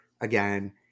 again